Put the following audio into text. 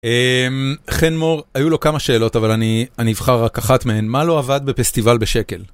חן מור, היו לו כמה שאלות אבל אני אבחר רק אחת מהן, מה לא עבד בפסטיבל בשקל?